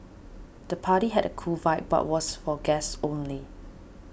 the party had a cool vibe but was for guests only